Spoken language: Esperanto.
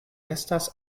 estas